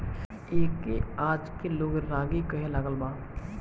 एके आजके लोग रागी कहे लागल बा